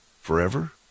forever